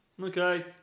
Okay